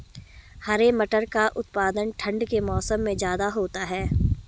हरे मटर का उत्पादन ठंड के मौसम में ज्यादा होता है